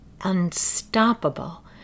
unstoppable